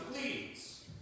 please